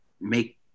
make